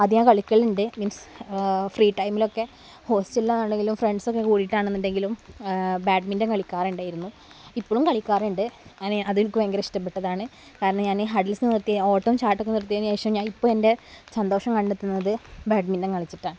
അത് ഞാൻ കളിക്കലുണ്ട് മീൻസ് ഫ്രീ ടൈമിലൊക്കെ ഹോസ്റ്റലിലാണെങ്കിലും ഫ്രണ്ട്സൊക്കെ കൂടിയിട്ടാണെന്നുണ്ടെങ്കിലും ബാഡ്മിൻറ്റൺ കളിക്കാറുണ്ടായിരുന്നു ഇപ്പോഴും കളിക്കാറുണ്ട് അനെ അതെനിക്ക് ഭയങ്കര ഇഷ്ടപ്പെട്ടതാണ് കാരണം ഞാനേ ഹഡിൽസ് നിർത്തി ഓട്ടം ചാട്ടമൊക്കെ നിർത്തിയതിനുശേഷം ഞാൻ ഇപ്പോൾ എൻ്റെ സന്തോഷം കണ്ടെത്തുന്നത് ബാഡ്മിൻറ്റൺ കളിച്ചിട്ടാണ്